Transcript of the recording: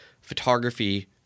photography